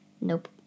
Nope